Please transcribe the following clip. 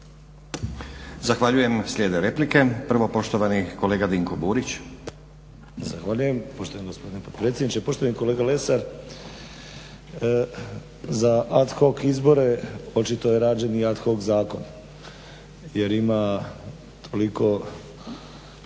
Zahvaljujem. Slijede replike, prvo poštovani kolega Dinko Burić. **Burić, Dinko (HDSSB)** Zahvaljujem poštovani gospodine potpredsjedniče. Poštovani kolega Lesar, za ad hoc izbore očito je rađen i ad hoc zakon jer ima toliko,